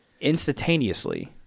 instantaneously